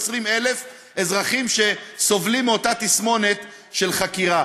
20,000 אזרחים שסובלים מאותה תסמונת של חקירה.